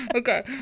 okay